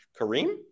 Kareem